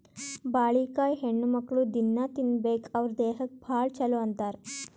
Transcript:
ಬಾಳಿಕಾಯಿ ಹೆಣ್ಣುಮಕ್ಕ್ಳು ದಿನ್ನಾ ತಿನ್ಬೇಕ್ ಅವ್ರ್ ದೇಹಕ್ಕ್ ಭಾಳ್ ಛಲೋ ಅಂತಾರ್